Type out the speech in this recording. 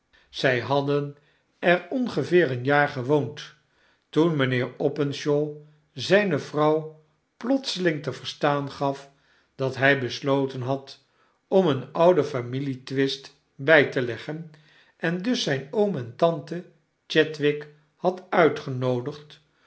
zy hadden er ongeveer een jaar gewoond toen mynheer openshaw zyne vrouw plotseling te verstaan gaf dat hy besloten had om een ouden familietwist bij te leggen en dus zyn oom en tante chadwick had uitgenoodigd